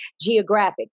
geographic